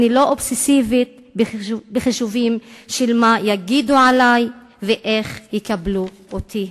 אני לא אובססיבית בחישובים של מה יגידו עלי ואיך יקבלו אותי.